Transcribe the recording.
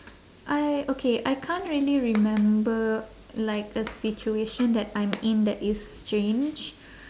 I okay I can't really remember like a situation that I'm in that is strange